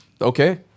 Okay